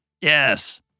Yes